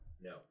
No